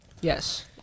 Yes